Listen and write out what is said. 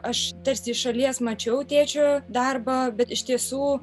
aš tarsi iš šalies mačiau tėčio darbą bet iš tiesų